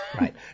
right